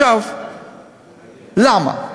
למה?